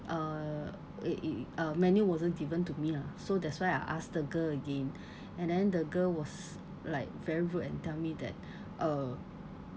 uh it it uh menu wasn't given to me lah so that's why I asked the girl again and then the girl was like very rude and tell me that uh